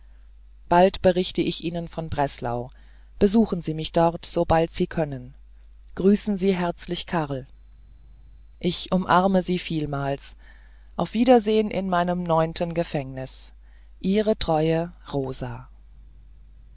bald berichte ich ihnen von breslau besuchen sie mich dort sobald sie können grüßen sie herzlich karl ich umarme sie vielmals auf wiedersehen in meinem neunten gefängnis ihre treue rosa